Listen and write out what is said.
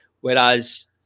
Whereas